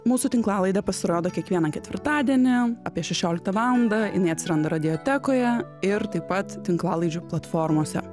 mūsų tinklalaidė pasirodo kiekvieną ketvirtadienį apie šešioliktą valandą jinai atsiranda radiotekoje ir taip pat tinklalaidžių platformose